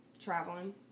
Traveling